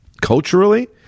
culturally